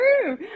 true